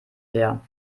leer